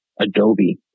Adobe